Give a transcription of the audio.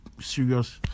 serious